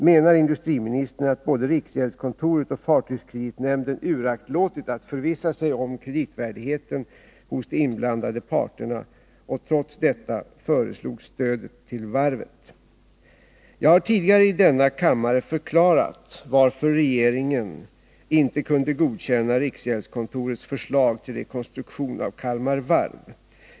Menar industriministern att både riksgäldskontoret och fartygskreditnämnden uraktlåtit att förvissa sig om kreditvärdigheten hos de inblandade parterna och trots detta föreslog stödet till varvet?” Jag har tidigare i denna kammare förklarat varför regeringen inte kunde godkänna riksgäldskontorets förslag till rekonstruktion av Kalmar Varv.